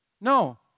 No